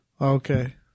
Okay